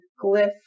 glyph